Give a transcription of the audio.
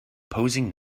posing